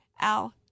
Al